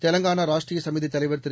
தெலங்கானா ராஷ்ட்ரிய சமிதி தலைவர் திரு